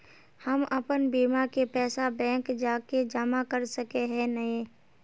हम अपन बीमा के पैसा बैंक जाके जमा कर सके है नय?